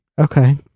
Okay